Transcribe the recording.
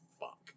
fuck